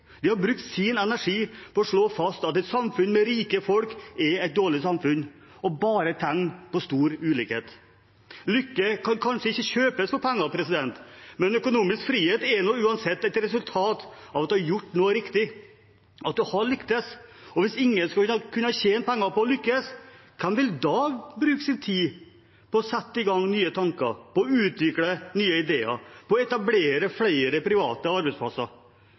De har brukt sin energi på å slå fast at et samfunn med rike folk er et dårlig samfunn og bare et tegn på stor ulikhet. Lykke kan kanskje ikke kjøpes for penger, men økonomisk frihet er uansett et resultat av at en har gjort noe riktig, at en har lyktes. Hvis ingen skulle kunne tjene penger på å lykkes, hvem vil da bruke sin tid på å sette i gang nye tanker, på å utvikle nye ideer, på å etablere flere private arbeidsplasser?